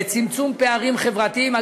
צמצום פערים חברתיים.